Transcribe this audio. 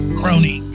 crony